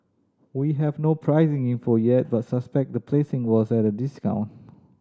we have no pricing info yet but suspect the placing was at a discount